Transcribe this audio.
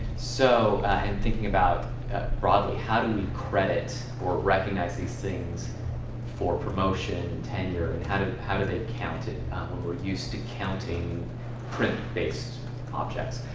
so in thinking about broadly, how do we credit or recognize these things for promotion, tenure? kind of how do they count it when we're used to counting print-based objects?